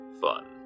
fun